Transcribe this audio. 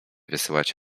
wysyłać